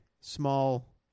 small